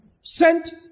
sent